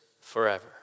forever